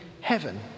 heaven